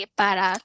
para